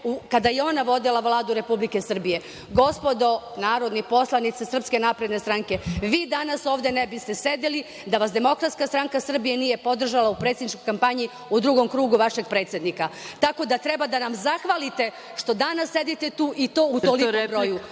kada je ona vodila Vladu Republike Srbije. Gospodo narodni poslanici SNS, vi danas ovde ne biste sedeli da vas DSS nije podržala u predsedničkoj kampanji u drugom krugu vašeg predsednika, tako da treba da nam zahvalite što danas sedite tu i to u tolikom broju.